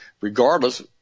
regardless